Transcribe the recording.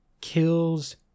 kills